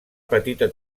petita